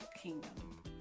kingdom